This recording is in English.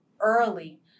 early